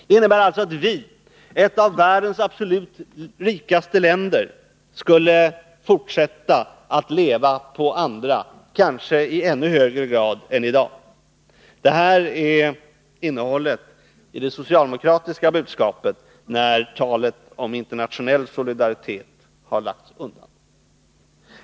Det innebär alltså att vi, ett av världens absolut rikaste länder, skulle fortsätta att leva på andra — kanske i ännu högre grad än i dag. Det är innehållet i det socialdemokratiska budskapet när talet om internationell solidaritet inte längre hörs.